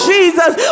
Jesus